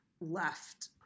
left